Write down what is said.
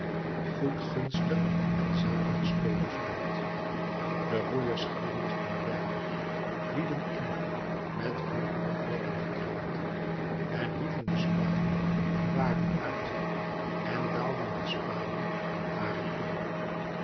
goedgunstig aan zalige spelevaart de roeiers glimlachten blijde vielen in met den opwekkenden kreet en hieven de spanen de baren uit en daalden de spanen de baren in